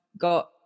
got